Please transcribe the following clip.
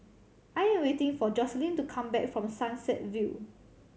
I'm waiting for Joselyn to come back from Sunset View